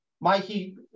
Mikey